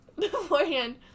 beforehand